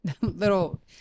little